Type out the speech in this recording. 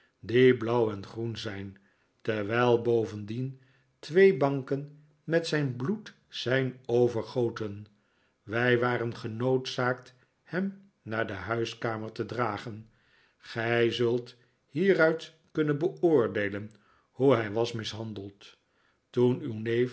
blauw en groen zijn terwijl bovendien twee banken met zijn bloed zijn overgoten wij waren genoodzaakt hem naar de huiskamer te dragen gij zult hieruit kunnen beoordeelen hoe hij was mishandeld toen